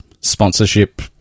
sponsorship